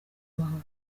amahoro